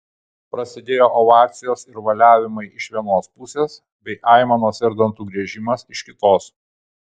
prasidėjo ovacijos ir valiavimai iš vienos pusės bei aimanos ir dantų griežimas iš kitos